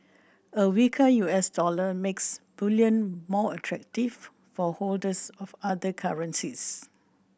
a weaker U S dollar makes bullion more attractive for holders of other currencies